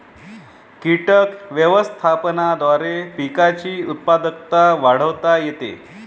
कीटक व्यवस्थापनाद्वारे पिकांची उत्पादकता वाढवता येते